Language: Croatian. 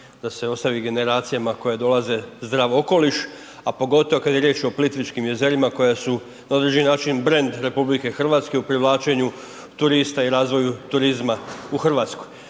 da se ostavi generacijama koje dolaze zdrav okoliš, a pogotovo kad je riječ o Plitvičkim jezerima koja su na određeni način brand RH u privlačenju turista i razvoju turizma u Hrvatskoj.